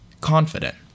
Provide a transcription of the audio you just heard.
confident